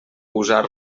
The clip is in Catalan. usar